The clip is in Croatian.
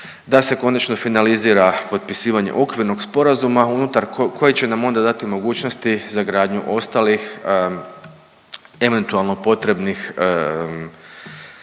da se konačno finalizira potpisivanje okvirnog sporazuma unutar koje će nam onda dati mogućnosti za gradnju ostalih eventualno potrebnih